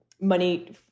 money